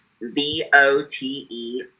V-O-T-E